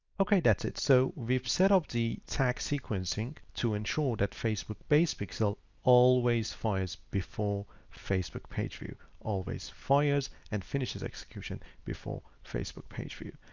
okay, that's it. so we've set up the tag sequencing to ensure that facebook base pixel always fires before facebook page views, always fires and finishes execution before facebook page view.